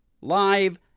live